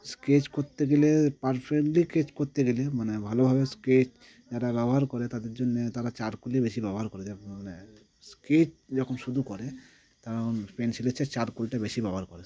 sketch করতে গেলে perfectly sketch করতে গেলে মানে ভালোভাবে স্কেচ যারা ব্যবহার করে তাদের জন্যে তারা চারকোলই বেশি ব্যবহার করে মানে স্কেচ যখন শুধু করে তারা ওন পেন্সিলের চেয়ে চারকোলটাই বেশি ব্যবহার করে